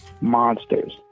monsters